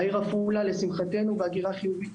העיר עפולה, לשמחתנו, בהגירה חיובית.